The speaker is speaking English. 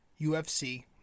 UFC